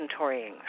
inventorying